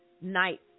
night